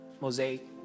Mosaic